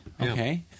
Okay